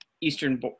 eastern